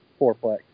fourplex